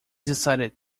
decided